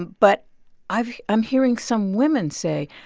but i'm i'm hearing some women say,